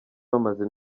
bamaze